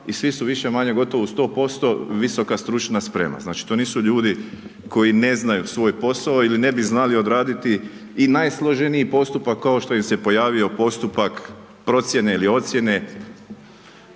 i svi su više-manje gotovo u 100% VSS. Znači to nisu ljudi koji ne znaju svoj posao ili ne bi znali odraditi i najsloženiji postupak, kao što im se pojavio postupak procjene ili ocjene